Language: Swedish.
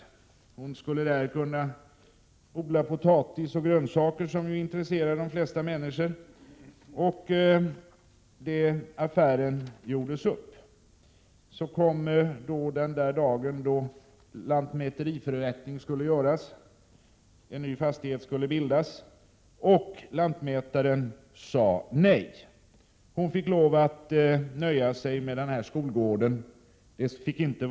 På den marken skulle lärarinnan kunna odla potatis och grönsaker — någonting som väl är av intresse för de flesta människor. Man gjorde alltså upp om affären. Så kom den dag då lantmäteriförrättning skulle göras. En ny fastighet skulle ju bildas. Men lantmätaren sade nej. Lärarinnan fick lov att nöja sig med den ursprungliga skoltomten.